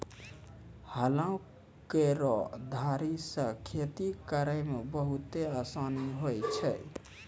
हलो केरो धारी सें खेती करै म बहुते आसानी होय छै?